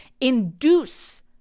induce